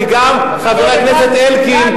כי גם חבר הכנסת אלקין,